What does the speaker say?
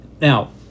Now